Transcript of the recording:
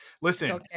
listen